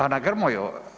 A na Grmoju?